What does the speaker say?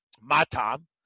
Matam